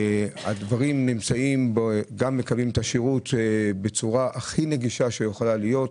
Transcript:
גם מקבלים אתה שירות בצורה הכי נגישה שיכולה להיות,